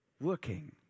working